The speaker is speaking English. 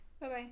Bye-bye